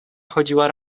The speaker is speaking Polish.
chodziła